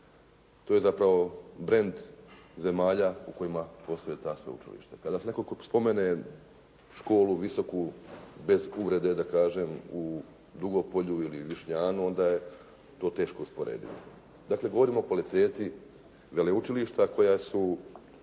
To je zapravo brend zemalja u kojima postoje ta sveučilišta. Kada netko spomene školu visoku, bez uvrede da kažem u Dugopolju ili Višnjanu, onda je to teško usporediti. Dakle, govorimo o kvaliteti veleučilišta koja su